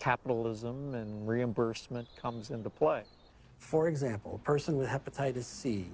capitalism and reimbursement comes into play for example a person with hepatitis c